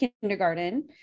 kindergarten